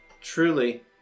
truly